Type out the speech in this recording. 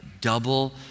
double